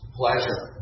pleasure